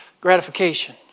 gratification